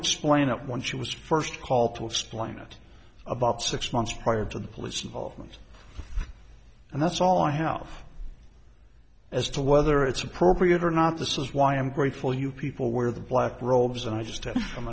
explain that when she was first called to explain it about six months prior to the police involvement and that's all i helf as to whether it's appropriate or not this is why i'm grateful you people wear the black robes and i just